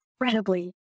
incredibly